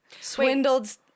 swindled